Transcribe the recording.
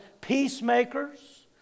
peacemakers